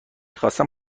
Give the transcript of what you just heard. خواستم